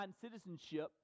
citizenship